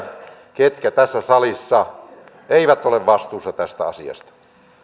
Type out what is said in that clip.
ketkä tässä salissa eivät ole vastuussa tästä asiasta